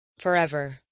forever